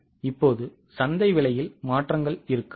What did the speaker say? இப்போது சந்தை விலையில் மாற்றங்கள் இருக்கலாம்